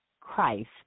Christ